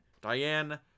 Diane